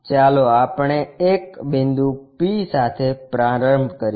ચાલો આપણે એક બિંદુ P સાથે પ્રારંભ કરીએ